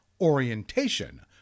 Orientation